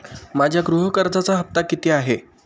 माझ्या गृह कर्जाचा हफ्ता किती आहे?